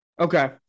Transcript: Okay